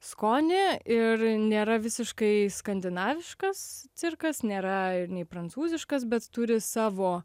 skonį ir nėra visiškai skandinaviškas cirkas nėra ir nei prancūziškas bet turi savo